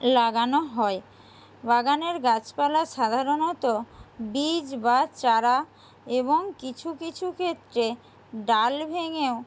লাগানো হয় বাগানের গাছপালা সাধারণত বীজ বা চারা এবং কিছু কিছু ক্ষেত্রে ডাল ভেঙেও